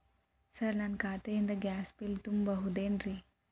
Sir ನನ್ನ ಖಾತೆಯಿಂದ gas bill ತುಂಬಹುದೇನ್ರಿ?